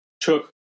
took